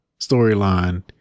storyline